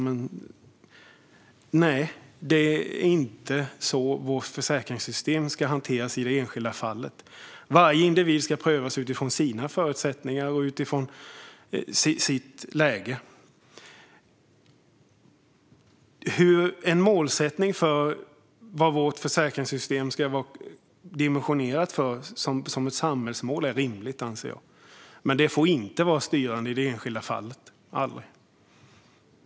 Men nej, det är inte så vårt försäkringssystem ska hanteras i det enskilda fallet. Varje individ ska prövas utifrån sina förutsättningar och utifrån sitt läge. Jag anser att det är rimligt att ha en målsättning för vad vårt försäkringssystem ska vara dimensionerat för som ett samhällsmål. Men det får inte vara styrande i det enskilda fallet - aldrig.